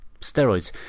Steroids